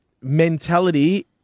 mentality